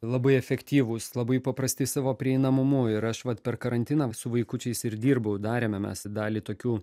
labai efektyvūs labai paprasti savo prieinamumu ir aš vat per karantiną su vaikučiais ir dirbau darėme mes dalį tokių